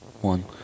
one